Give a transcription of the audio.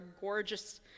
gorgeous